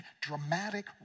dramatic